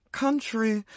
country